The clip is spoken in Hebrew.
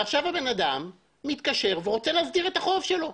עכשיו הבן אדם מתקשר ורוצה להסדיר את החוב שלו,